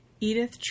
Edith